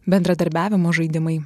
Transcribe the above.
bendradarbiavimo žaidimai